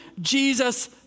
Jesus